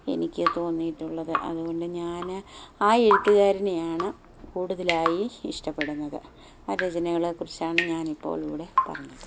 എനിക്ക് തോന്നിയിട്ടുള്ളത് അതുകൊണ്ട് ഞാൻ ആ എഴുത്തുകാരനെയാണ് കൂടുതലായി ഇഷ്ടപ്പെടുന്നത് ആ രചനകളെ കുറിച്ചാണ് ഞാനിപ്പോൾ ഇവിടെ പറഞ്ഞത്